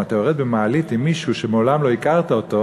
אם אתה יורד במעלית עם מישהו שמעולם לא הכרת,